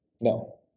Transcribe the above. No